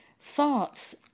thoughts